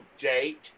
date